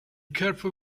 careful